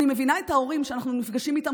אני מבינה את ההורים שאנחנו נפגשים איתם